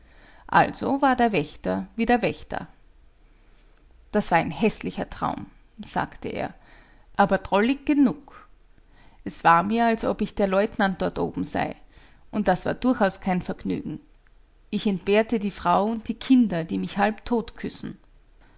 also war der wächter wieder wächter das war ein häßlicher traum sagte er aber drollig genug es war mir als ob ich der leutnant dort oben sei und das war durchaus kein vergnügen ich entbehrte die frau und die kinder die mich halbtot küssen